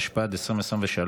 התשפ"ד 2023,